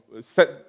set